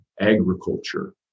agriculture